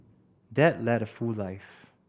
dad led a full life